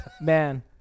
man